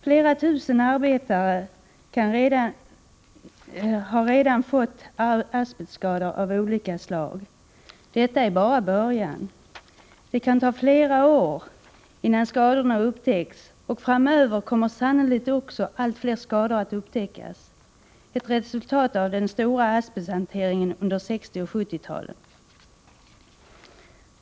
Flera tusen arbetare har redan fått asbestskador av olika slag. Detta är bara början. Det kan ta flera år innan skadorna upptäcks, och framöver kommer sannolikt också allt fler skador att upptäckas, som ett resultat av den stora asbesthanteringen under 1960 och 1970-talen.